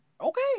Okay